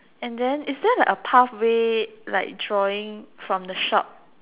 and then is that a pathway like drawing from the shop